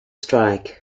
strike